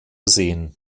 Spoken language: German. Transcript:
sehen